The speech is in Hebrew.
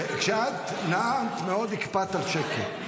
כשאת נאמת מאוד הקפדת על שקט.